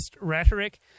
rhetoric